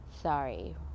sorry